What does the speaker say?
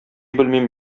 белмим